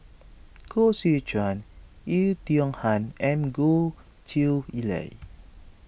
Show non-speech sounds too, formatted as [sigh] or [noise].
Koh Seow Chuan Oei Tiong Ham and Goh Chiew Lye [noise]